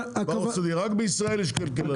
רק בישראל יש כלכלנים.